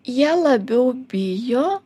jie labiau bijo